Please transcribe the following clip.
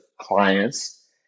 clients